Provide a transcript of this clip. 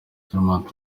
charmant